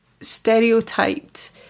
stereotyped